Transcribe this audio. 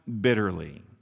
bitterly